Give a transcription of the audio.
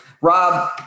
Rob